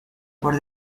por